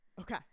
Okay